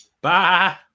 Bye